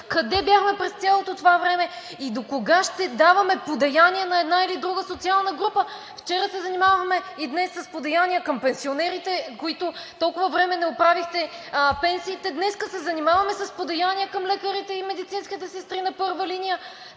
Къде бяхме през цялото това време и докога ще даваме подаяния на една или друга социална група? Вчера и днес се занимаваме с подаяния към пенсионерите, на които толкова време не оправихте пенсиите, днес се занимаваме с подаяния към лекарите и медицинските страни на първа линия.